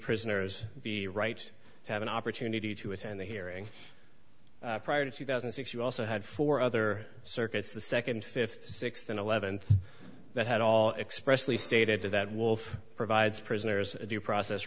prisoners the right to have an opportunity to attend the hearing prior to two thousand and six you also had four other circuits the second fifth sixth and eleventh that had all expressly stated to that wolf provides prisoners a due process